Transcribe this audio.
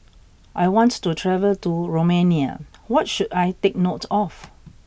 I want to travel to Romania what should I take note of